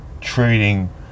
trading